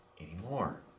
anymore